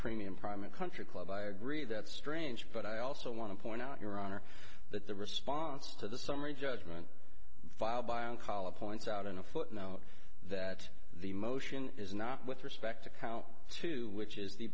premium prime and country club i agree that's strange but i also want to point out your honor that the response to the summary judgment filed by a column points out in a footnote that the motion is not with respect to count two which is the